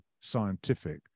scientific